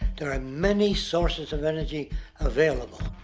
there are many sources of energy available.